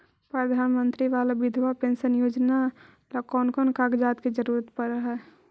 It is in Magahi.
प्रधानमंत्री बाला बिधवा पेंसन योजना ल कोन कोन कागज के जरुरत पड़ है?